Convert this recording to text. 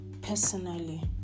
Personally